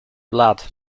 blood